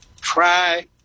try